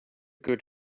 good